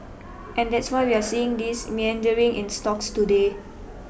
and that's why we're seeing this meandering in stocks today